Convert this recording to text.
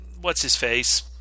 What's-his-face